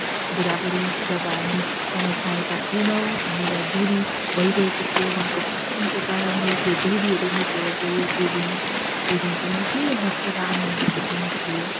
बुढाबुढी जब हामी समय पाएका थिएनौँ हामीलाई दूरी भइरहेको थियो उहाँको पोस्टिङको कारणले त्यो दूरीहरू मेटेर गयो त्यो दिन त्यो दिन पनि यति हर्ष र आनन्दको दिन थियो